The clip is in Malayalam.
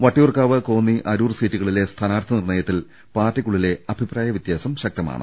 വട്ടിയൂർക്കാവ് കോന്നി അരൂർ സീറ്റുകളിലെ സ്ഥാനാർത്ഥി നിർണ്ണയത്തിൽ പാർട്ടിക്കുള്ളിലെ അഭിപ്രായവൃത്യാസം ശക്തമാണ്